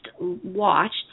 watched